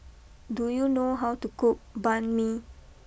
do you know how to cook Banh Mi